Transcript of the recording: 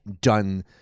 done